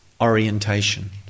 orientation